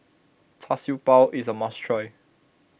Char Siew Bao is a must try